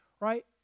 Right